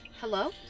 Hello